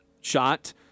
shot